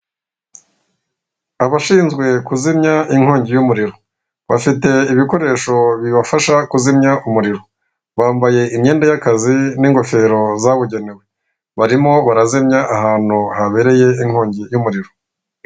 Abashinzwe kuzimya inkongi y'umuriro bafite ibikoresho bibafasha kuzimya umuriro bambaye imyenda y'akazi n'ingofero zabugenewe barimo barazimya ahantu habereye inkongi y'umuriro .